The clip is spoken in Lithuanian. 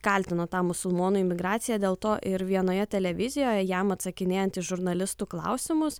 kaltino tą musulmonų imigraciją dėl to ir vienoje televizijoje jam atsakinėjant žurnalistų klausimus